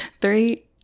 Three